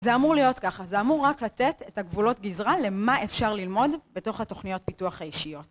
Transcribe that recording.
זה אמור להיות ככה, זה אמור רק לתת את הגבולות גזרה למה אפשר ללמוד בתוך התוכניות פיתוח האישיות.